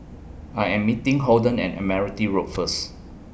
I Am meeting Holden and Admiralty Road First